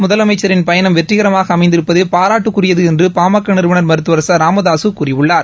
முதலமைச்சின் பயணம் வெற்றிகரமாக அமைந்திருப்பது பாராட்டுக்குரியது என்று பாமக நிறுவனா் மருத்துவர் ச ராமதாசு கூறியுள்ளார்